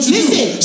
Listen